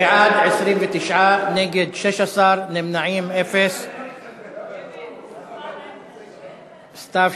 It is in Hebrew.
בעד, 29, נגד, 16, ונמנעים, 0. טיבי,